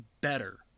better